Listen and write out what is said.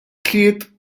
tliet